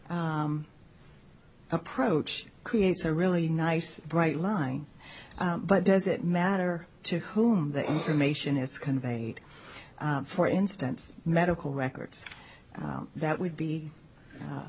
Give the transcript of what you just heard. approach creates a really nice bright line but does it matter to whom the information is conveyed for instance medical records that would be